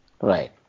Right